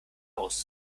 aus